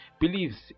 believes